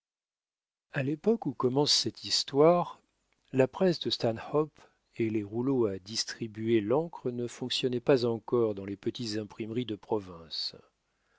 a l'époque où commence cette histoire la presse de stanhope et les rouleaux à distribuer l'encre ne fonctionnaient pas encore dans les petites imprimeries de provinces